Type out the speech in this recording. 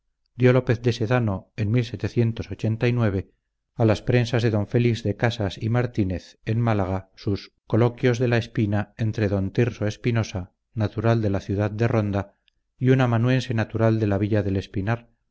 de ronda dio lópez de sedano en a las prensas de d félix de casas y martínez en málaga sus coloquios de la espina entre d tirso espinosa natural de la ciudad de ronda y un amanuense natural de la villa del espinar